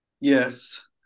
Yes